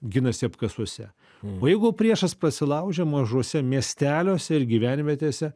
ginasi apkasuose o jeigu priešas prasilaužia mažuose miesteliuose ir gyvenvietėse